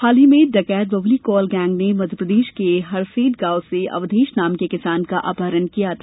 हाल ही में डकैत बबुली कोल गैंग ने मध्य प्रदेश के हरसेड गांव से अवधेश नाम के किसान का अपहरण किया था